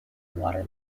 water